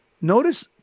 Notice